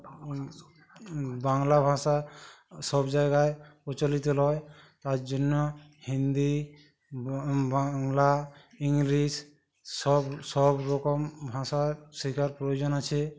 বাংলা ভাষা সব জায়গায় প্রচলিত লয় তার জন্য হিন্দি বা বাংলা ইংলিশ সব সব রকম ভাষা শেখার প্রয়োজন আছে